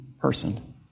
person